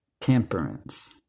temperance